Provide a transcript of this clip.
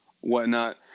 whatnot